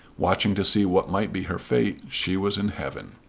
watching to see what might be her fate, she was in heaven.